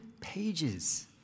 pages